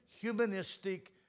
humanistic